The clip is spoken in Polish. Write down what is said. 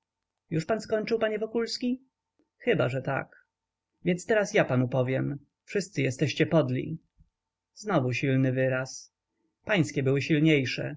już pan skończył panie wokulski chyba że tak więc teraz ja panu powiem wszyscy jesteście podli znowu silny wyraz pańskie były silniejsze